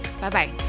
Bye-bye